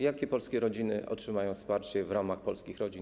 Jakie polskie rodziny otrzymają wsparcie w ramach polskich rodzin?